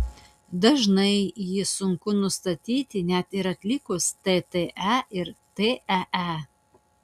dažnai jį sunku nustatyti net ir atlikus tte ir tee